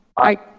aye.